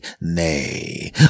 nay